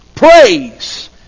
Praise